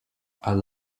are